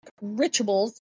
rituals